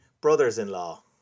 brothers-in-law